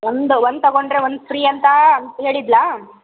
ಒಂದು ಒಂದು ತೊಗೊಂಡ್ರೆ ಒಂದು ಫ್ರೀ ಅಂತ ಹೇಳಿದ್ಳಾ